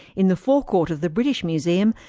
in the forecourt of the british museum,